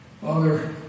Father